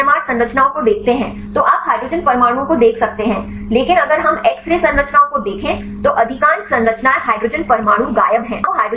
यदि आप एनएमआर संरचनाओं को देखते हैं तो आप हाइड्रोजन परमाणुओं को देख सकते हैं लेकिन अगर हम एक्स रे संरचनाओं को देखें तो अधिकांश संरचनाएँ हाइड्रोजन परमाणु गायब हैं